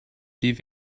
die